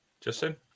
Justin